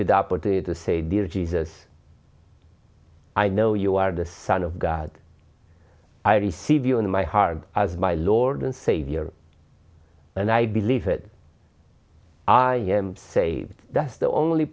you the opportunity to say dear jesus i know you are the son of god i receive you in my heart as my lord and savior and i believe that i am saved that's the only